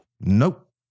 Nope